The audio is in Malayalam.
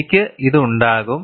എനിക്ക് ഇത് ഉണ്ടാകും